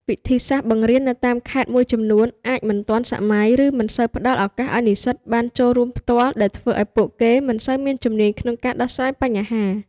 វិធីសាស្រ្តបង្រៀននៅតាមខេត្តមួយចំនួនអាចមិនទាន់សម័យ ឬមិនសូវផ្តល់ឱកាសឲ្យនិស្សិតបានចូលរួមផ្ទាល់ ដែលធ្វើឲ្យពួកគេមិនសូវមានជំនាញក្នុងការដោះស្រាយបញ្ហា។